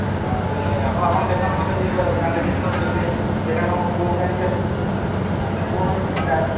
ଆଚ୍ଛା ଆଉ ତା'ହେଲେ ଆପଣ ଆପଣ ଦେଖାନ୍ତୁ ମୋତେ ଟିକେ ବ୍ରାଣ୍ଡେଡ଼୍ ଜିନିଷ ସେ ଇଏ ଦେଖାନ୍ତୁ ମୋ ପୁଅ ପାଇଁ ଟିକେ ଆଚ୍ଛା ପୁଅ ପାଇଁ ଟ୍ରାକ୍